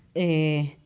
a